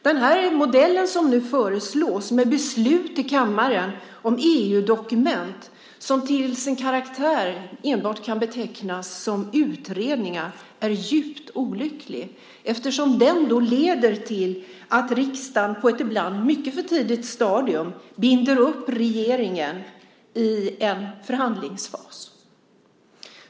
Den modell som nu föreslås med beslut i kammaren om EU-dokument som till sin karaktär enbart kan betecknas som utredningar är djupt olycklig eftersom den leder till att riksdagen på ett ibland mycket för tidigt stadium binder upp regeringen i en förhandlingsfas.